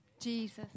Jesus